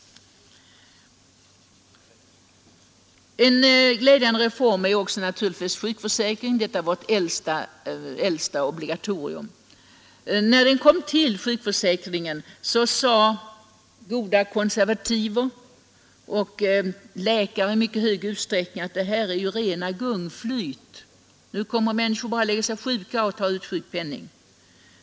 En glädjande reform är naturligtvis också sjukförsäkringen — detta vårt äldsta obligatorium. När sjukförsäkringen kom till sade goda konservativa och läkare i mycket stor utsträckning att det här är ju rena gungflyt — nu kommer människor bara att lägga sig sjuka och ta ut sjukpenning.